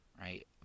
right